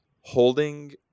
holding